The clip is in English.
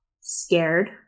scared